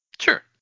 Sure